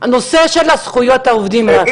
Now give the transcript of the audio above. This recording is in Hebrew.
הנושא של זכויות העובדים, רפי.